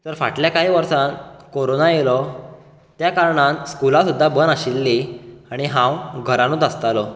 तर फाटले कांय वर्सां कोरोना येयलो त्या कारणान स्कुलां सुद्दा बंद आशिल्लीं आनी हांव घरानूत आसतालो